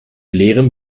leerem